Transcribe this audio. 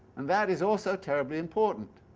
and that is also terribly important.